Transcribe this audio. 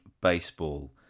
Baseball